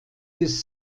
des